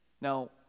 Now